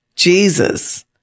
Jesus